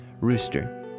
Rooster